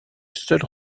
seul